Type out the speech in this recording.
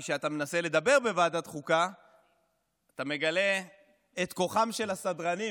כי כשאתה מנסה לדבר בוועדת חוקה אתה מגלה את כוחם של הסדרנים,